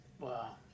Wow